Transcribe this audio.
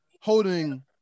holding